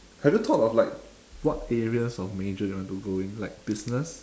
have you thought of like what areas of major you want to go in like business